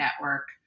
network